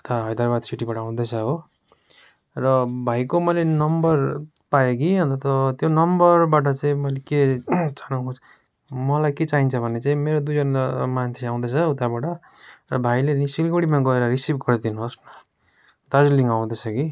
उता हैदराबाद सिटीबाट आउँदैछ हो र भाइको मैले नम्बर पाएँ कि अन्त त्यो नम्बरबाट चाहिँ मैले के मलाई के चाहिन्छ भने चाहिँ मेरो दुईजना मान्छे आउँदैछ उताबाट भाइले नि सिलगढीमा गएर रिसिभ गर्दिनुहोस् न दार्जिलिङ आउँदैछ कि